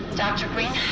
dr. green,